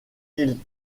ils